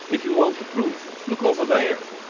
if you want the proof, look over there.